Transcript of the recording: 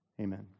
Amen